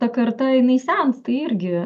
ta kartą jinai sensta irgi